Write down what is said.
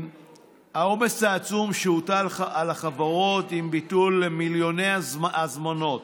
עומס עצום הוטל על החברות עם ביטול מיליוני הזמנות